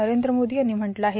नरेंद्र मोदी यांनी म्हटलं आहे